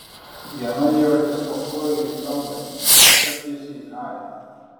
viena jo akis spoksojo į kambarį kita tiesiai į harį